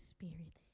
Spirit